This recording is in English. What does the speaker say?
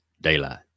Daylight